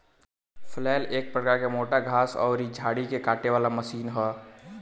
फलैल एक प्रकार के मोटा घास अउरी झाड़ी के काटे वाला मशीन ह